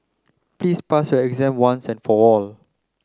please pass your exam once and for all